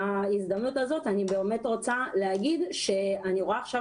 בהזדמנות הזאת אני רוצה להגיד שאני רואה עכשיו